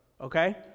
Okay